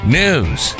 news